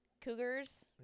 cougars